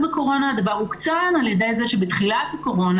בקורונה הדבר הוקצן כאשר בתחילת משבר הקורונה